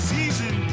Season